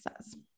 says